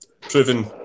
proven